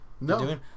No